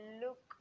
look